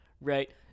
right